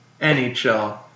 NHL